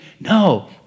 No